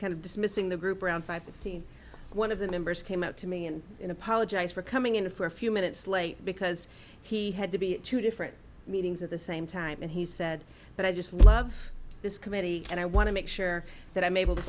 kind of dismissing the group around five fifteen one of the members came up to me and apologized for coming in for a few minutes late because he had to be two different meetings at the same time and he said but i just love this committee and i want to make sure that i'm able to